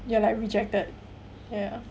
ya like rejected ya